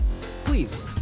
Please